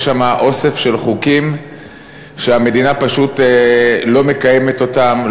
יש שם אוסף של חוקים שהמדינה פשוט לא מקיימת אותם,